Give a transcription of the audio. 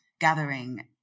gathering